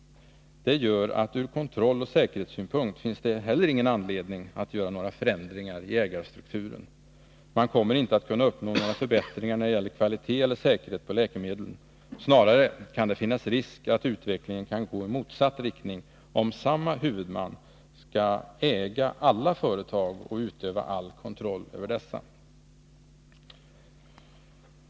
Det gör att det inte heller från kontrolloch säkerhetssynpunkt finns någon anledning att göra förändringar i ägarstrukturen. Man kommer inte att kunna uppnå några förbättringar när det gäller kvalitet eller säkerhet i fråga om läkemedlen. Snarare kan det finnas risk för att utvecklingen går i motsatt riktning, om samma huvudman skall både äga alla företag och utöva all kontroll över dessa.